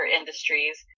industries